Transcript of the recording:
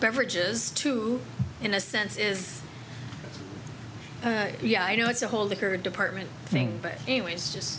beverages to in a sense is ok yeah i know it's a whole dickered department thing but anyway it's just